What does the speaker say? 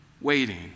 waiting